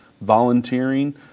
volunteering